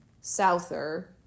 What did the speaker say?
souther